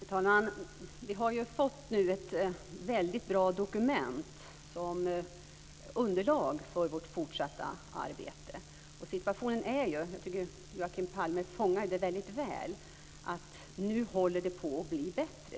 Fru talman! Vi har fått ett väldigt bra dokument som underlag för vårt fortsatta arbete. Jag tycker att Joakim Palme fångar situationen väldigt väl, att det nu håller på att bli bättre.